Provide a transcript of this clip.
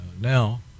now